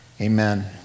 amen